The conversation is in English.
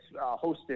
hosted